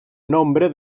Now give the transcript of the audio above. nombre